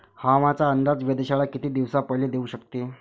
हवामानाचा अंदाज वेधशाळा किती दिवसा पयले देऊ शकते?